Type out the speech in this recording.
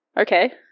Okay